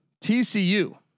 TCU